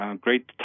great